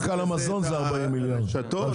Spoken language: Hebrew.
רק על המזון זה שישים מיליארד --- כולם?